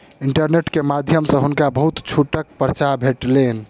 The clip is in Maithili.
इंटरनेट के माध्यम सॅ हुनका बहुत छूटक पर्चा भेटलैन